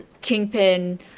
Kingpin